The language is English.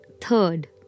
Third